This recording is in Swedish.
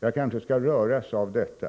Jag kanske skall röras av detta.